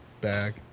bag